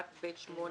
(1)